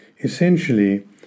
Essentially